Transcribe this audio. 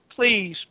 please